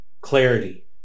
clarity